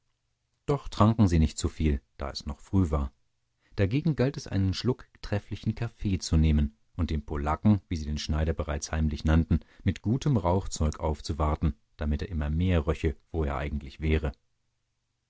doch tranken sie nicht zuviel da es noch früh war dagegen galt es einen schluck trefflichen kaffee zu nehmen und dem polacken wie sie den schneider bereits heimlich nannten mit gutem rauchzeug aufzuwerten damit er immer mehr röche wo er eigentlich wäre